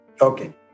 Okay